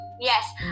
Yes